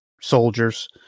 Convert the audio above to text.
soldiers